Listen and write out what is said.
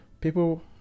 people